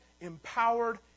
empowered